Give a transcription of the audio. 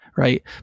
Right